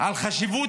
על חשיבות